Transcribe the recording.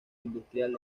industrial